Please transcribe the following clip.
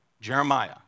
Jeremiah